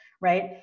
right